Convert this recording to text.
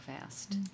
fast